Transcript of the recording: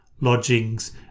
lodgings